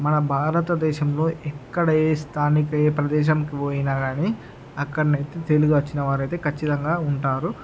మన భారత దేశంలో ఎక్కడ ఏ స్థానిక ఏ ప్రదేశంకి పోయిన గాని అక్కడనైతే తెలుగు వచ్చినవారైతే ఖచ్చితంగా ఉంటారు